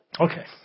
Okay